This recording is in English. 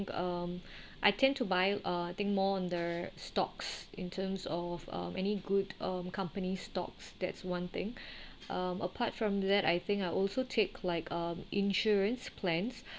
um I tend to buy uh I think more on the stocks in terms of uh many good um company stocks that's one thing um apart from that I think I also take like um insurance plans